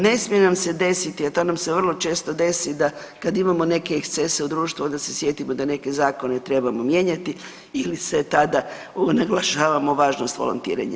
Ne smije nam se desiti, a to nam se vrlo često desi, da, kad imamo neke ekscese u društvu, da se sjetimo da neke zakone trebamo mijenjati ili se tada, naglašavamo važnost volontiranja.